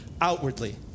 outwardly